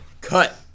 Cut